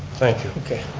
thank yeah okay.